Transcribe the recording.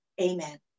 Amen